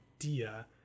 idea